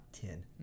ten